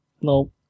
no